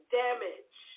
damage